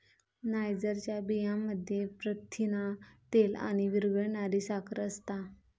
नायजरच्या बियांमध्ये प्रथिना, तेल आणि विरघळणारी साखर असता